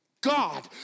God